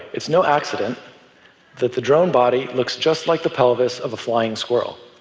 it's no accident that the drone body looks just like the pelvis of a flying squirrel.